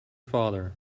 father